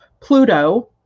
Pluto